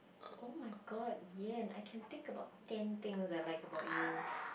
oh-my-god yen I can think about ten things I like about you